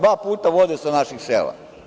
Dva puta vode sa naših sela.